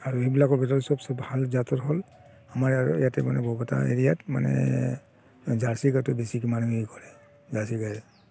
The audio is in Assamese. আৰু সেইবিলাকৰ ভিতৰত চবচে ভাল জাতৰ হ'ল আমাৰ ইয়াতে মানে বৰপেটা এৰিয়াত মানে জাৰ্চি গাইটো বেছিকৈ মানে এই কৰে জাৰ্চি গাই